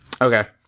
okay